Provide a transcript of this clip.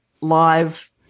Live